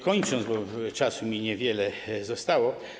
Kończąc, bo czasu mi niewiele zostało.